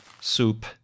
soup